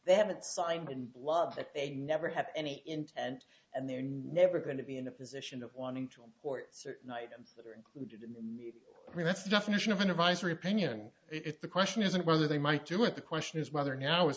they haven't signed in blood that they never had any intent and they're never going to be in a position of wanting to import night i mean that's the definition of an advisory opinion if the question isn't whether they might do it the question is whether now is